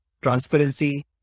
transparency